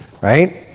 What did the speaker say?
Right